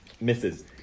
misses